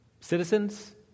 citizens